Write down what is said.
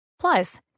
Plus